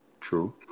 true